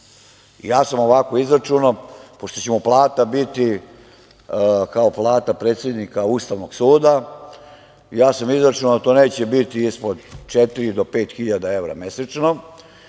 Ja sam ovako izračunao, pošto će mu plata biti kao plata predsednika Ustavnog suda, ja sam izračunao da to neće biti ispod 4.000 do 5.000 evra mesečno